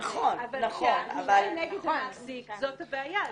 נכון אבל -- אבל כשהתלונה נגד המעסיק זאת הבעיה,